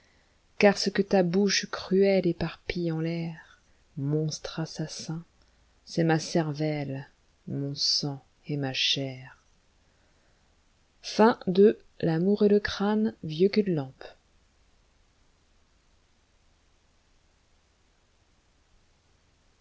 car ce que ta bouche cruelle éparpille on l'air monstre assassin c'est ma cerv ei mon sang et raa chair i